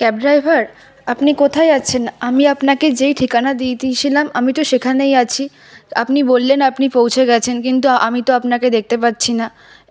cab driver আপনি কোথায় আছেন আমি আপনাকে যেই ঠিকানা দিয়ে দিয়েছিলাম আমি তো সেখানেই আছি আপনি বললেন আপনি পৌঁছে গেছেন কিন্তু আমি তো আপনাকে দেখতে পাচ্ছি না